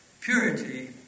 purity